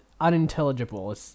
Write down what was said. Unintelligible